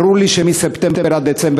ברור לי שמספטמבר עד דצמבר,